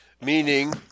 meaning